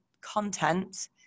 content